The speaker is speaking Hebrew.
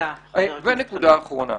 ונקודה אחרונה,